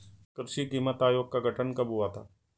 कृषि कीमत आयोग का गठन कब हुआ था?